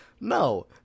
No